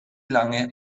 lange